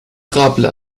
قبل